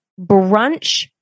brunch